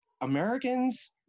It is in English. Americans